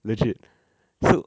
legit so